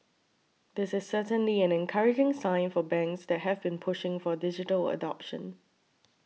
this is certainly an encouraging sign for banks that have been pushing for digital adoption